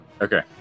Okay